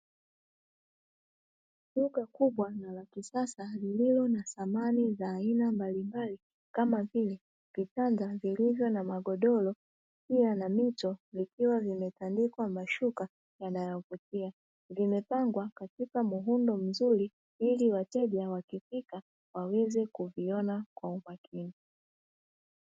Duka kubwa na la kisasa lililo na samani za aina mbalimbali kama vile vitanda vilivyo na magodoro pia na mito vikiwa vimetandikwa mashuka yanayovutia, vimepangwa katika muundo mzuri ili wateja wakifika waweze kuviona kwa umakini.